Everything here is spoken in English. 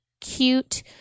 cute